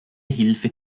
hilfe